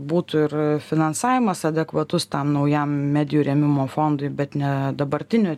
būtų ir finansavimas adekvatus tam naujam medijų rėmimo fondui bet ne dabartinio